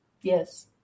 yes